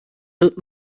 wird